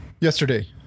yesterday